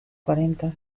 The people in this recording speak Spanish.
cuarenta